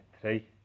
three